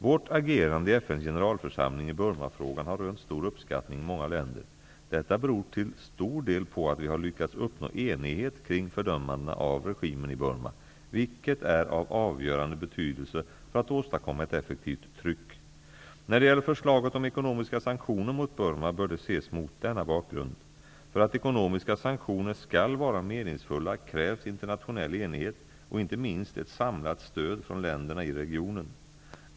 Vårt agerande i FN:s generalförsamling i Burmafrågan har rönt stor uppskattning i många länder. Detta beror till stor del på att vi har lyckats uppnå enighet kring fördömandena av regimen i Burma, vilket är av avgörande betydelse för att åstadkomma ett effektivt tryck. När det gäller förslaget om ekonomiska sanktioner mot Burma bör det ses mot denna bakgrund. För att ekonomiska sanktioner skall vara meningsfulla krävs internationell enighet och inte minst ett samlat stöd från länderna i regionen.